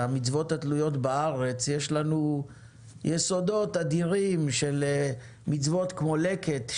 המצוות התלויות בארץ יש לנו יסודות אדירים של מצוות כמו לקט,